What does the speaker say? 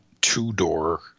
two-door